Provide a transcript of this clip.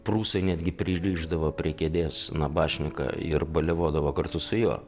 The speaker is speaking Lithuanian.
prūsai netgi pririšdavo prie kėdės nabašninką ir baliavodavo kartu su juo